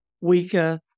weaker